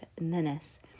menace